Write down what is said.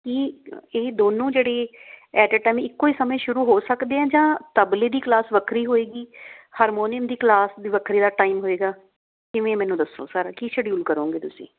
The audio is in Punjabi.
ਕੀ ਇਹ ਦੋਨੋਂ ਜਿਹੜੇ ਐਟ ਏ ਟਾਈਮ ਇੱਕੋ ਹੀ ਸਮੇਂ ਸ਼ੁਰੂ ਹੋ ਸਕਦੇ ਹੈ ਜਾਂ ਤਬਲੇ ਦੀ ਕਲਾਸ ਵੱਖਰੀ ਹੋਵੇਗੀ ਹਾਰਮੋਨੀਅਮ ਦੀ ਕਲਾਸ ਦੀ ਵੱਖਰੇ ਦਾ ਟਾਈਮ ਹੋਵੇਗਾ ਕਿਵੇਂ ਮੈਨੂੰ ਦੱਸੋ ਸਾਰਾ ਕੀ ਸ਼ੈਡਿਊਲ ਕਰੋਗੇ ਤੁਸੀਂ